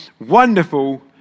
Wonderful